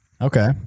Okay